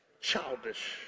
childish